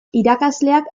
irakasleak